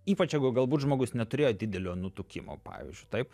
ypač jeigu galbūt žmogus neturėjo didelio nutukimo pavyzdžiui taip